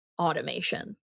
automation